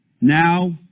Now